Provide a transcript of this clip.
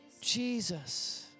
Jesus